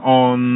on